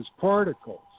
particles